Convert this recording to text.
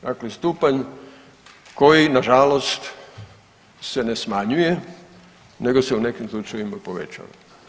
Dakle stupanj koji nažalost se ne smanjuje nego se u nekim slučajevima povećava.